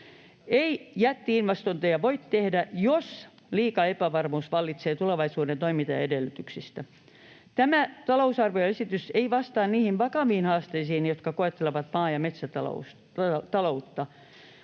Ei jätti-investointeja voi tehdä, jos liika epävarmuus vallitsee tulevaisuuden toimintaedellytyksistä. Tämä talousarvioesitys ei vastaa niihin vakaviin haasteisiin, jotka koettelevat maa- ja metsätaloutta,